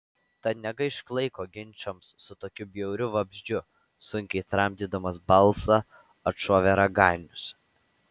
tad negaišk laiko ginčams su tokiu bjauriu vabzdžiu sunkiai tramdydamas balsą atšovė raganius